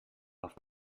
auf